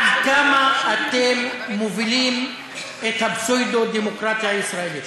עד כמה אתם מובילים את הפסאודו-דמוקרטיה הישראלית?